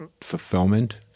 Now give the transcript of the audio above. fulfillment